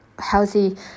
healthy